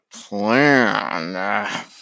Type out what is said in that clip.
Plan